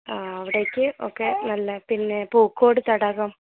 അവിടേയ്ക്ക് ഒക്കെ നല്ല പിന്നെ പൂക്കോട് തടാകം